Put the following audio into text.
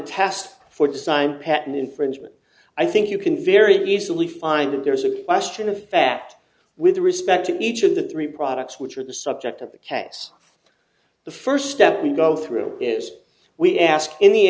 test for design patent infringement i think you can very easily find that there is a question of fact with respect to each of the three products which are the subject of the case the first step we go through is we ask